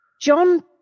John